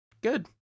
Good